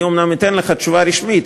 אני אומנם אתן לך תשובה רשמית,